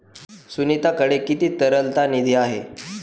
सुनीताकडे किती तरलता निधी आहे?